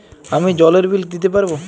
আমি জলের বিল দিতে পারবো?